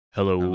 Hello